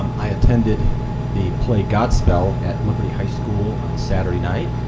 um i attended the play godspell at liberty high school on saturday night,